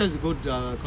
western practice like that